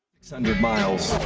six hundred miles.